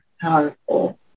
powerful